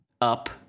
Up